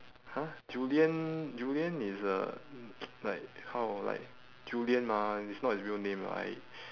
!huh! julian julian is a like how like julian mah it's not his real name right